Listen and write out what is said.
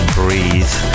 breathe